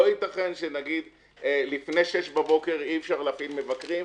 לא ייתכן שלפני שש בבוקר אי אפשר להפעיל מבקרים,